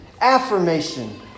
affirmation